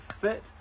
fit